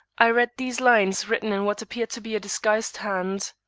i read these lines written in what appeared to be a disguised hand.